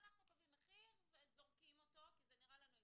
אנחנו קובעים מחיר וזורקים אותו כי זה נראה לנו הגיוני,